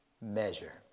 measure